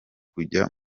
kujya